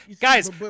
Guys